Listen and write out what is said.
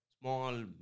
small